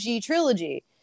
trilogy